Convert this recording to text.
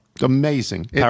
Amazing